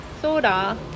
soda